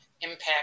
impact